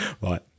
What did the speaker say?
Right